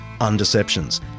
undeceptions